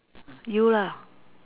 you lah